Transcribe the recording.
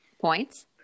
points